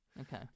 Okay